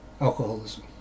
alcoholism